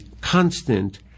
constant